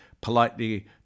politely